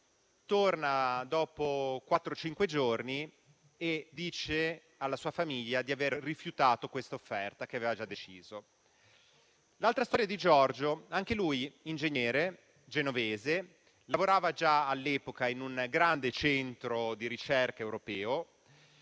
torna dopo quattro-cinque giorni e dice alla sua famiglia di aver rifiutato questa offerta e che aveva già deciso. L'altra storia è quella di Giorgio, anche lui ingegnere genovese. Lavorava già all'epoca in un grande centro di ricerca europeo,